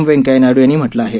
वेंकय्या नायडू यांनी म्हटलं आहे